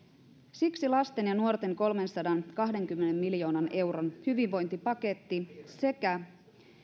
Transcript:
siksi lasten ja nuorten kolmensadankahdenkymmenen miljoonan euron hyvinvointipaketti sekä